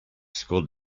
school